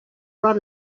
run